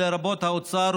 לרבות האוצר,